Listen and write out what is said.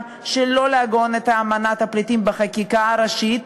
שלא לעגן את האמנה בדבר מעמדם של פליטים בחקיקה ראשית.